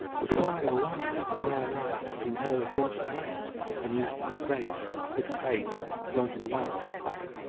but why, o why, has ne'er an eye seen her of winsome manner and youthful grace and pretty face flaunting the white cross banner?